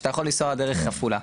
שאתה יכול לנסוע דרך עפולה.